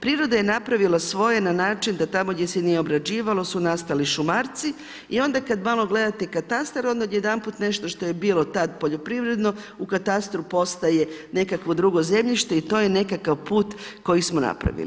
Priroda je napravila svoje na način da tamo gdje se nije obrađivalo su nastali šumarci i onda kada malo gledate katastar onda odjedanput nešto što je bilo tada poljoprivredno u katastru postaje nekakvo drugo zemljište i to je nekakav put koji smo napravili.